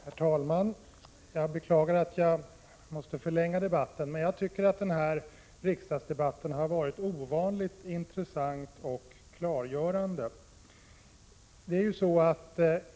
Herr talman! Jag beklagar att jag måste förlänga debatten, men jag tycker att den här diskussionen har varit ovanligt intressant och klargörande.